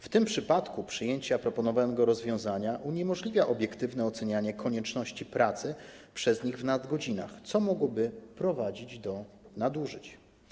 W tym przypadku przyjęcie proponowanego rozwiązania uniemożliwia obiektywne ocenianie konieczności pracy przez nich w nadgodzinach, co mogłoby prowadzić do nadużyć.